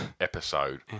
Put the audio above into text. episode